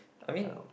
I mean